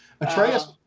Atreus